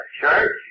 Church